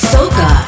Soca